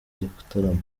gitaramo